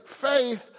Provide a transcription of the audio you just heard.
faith